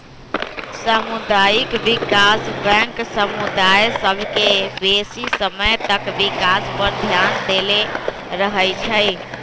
सामुदायिक विकास बैंक समुदाय सभ के बेशी समय तक विकास पर ध्यान देले रहइ छइ